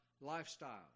lifestyle